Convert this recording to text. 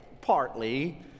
partly